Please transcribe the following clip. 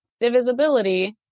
divisibility